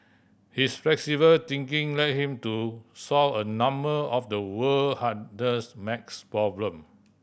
his flexible thinking led him to solve a number of the world hardest max problem